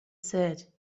said